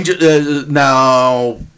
Now